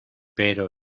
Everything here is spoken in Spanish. pero